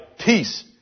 Peace